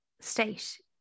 state